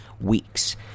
weeks